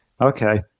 Okay